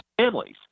families